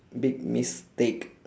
big miss steak